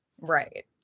Right